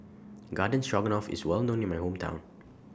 Garden Stroganoff IS Well known in My Hometown